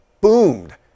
boomed